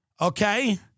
okay